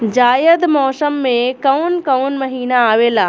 जायद मौसम में काउन काउन महीना आवेला?